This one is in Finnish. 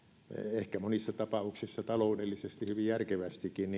ehkä monissa tapauksissa taloudellisesti hyvin järkevästikin